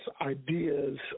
ideas